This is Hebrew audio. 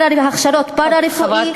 הכשרות פארה-רפואיות,